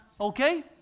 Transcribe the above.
Okay